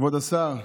כבוד השר,